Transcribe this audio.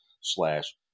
slash